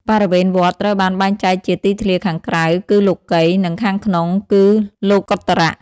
បរិវេណវត្ត ត្រូវបានបែងចែកជាទីធ្លាខាងក្រៅ គឺលោកិយ និងខាងក្នុង គឺលោកុត្តរៈ។